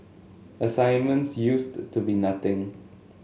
assignments used to be nothing